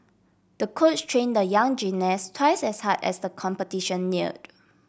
the coach trained the young gymnast twice as hard as the competition neared